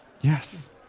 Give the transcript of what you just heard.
Yes